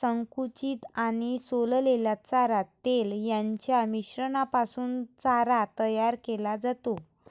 संकुचित आणि सोललेला चारा, तेल यांच्या मिश्रणापासून चारा तयार केला जातो